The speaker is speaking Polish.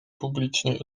publicznej